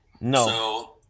No